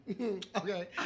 okay